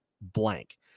blank